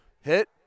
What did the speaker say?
Hit